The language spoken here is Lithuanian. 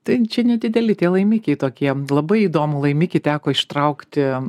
tai čia nedideli laimikiai tokiem labai įdomų laimikį teko ištraukti